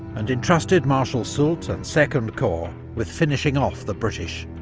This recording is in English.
and entrusted marshal soult and second corps with finishing off the british.